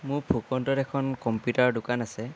মোৰ এখন কম্পিউটাৰ দোকান আছে